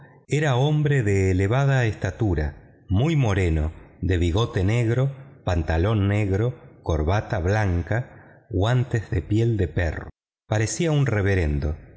era hombre de elevada estatura muy moreno de bigote negro pantalón negro corbata blanca guantes de piel de perro parecía un reverendo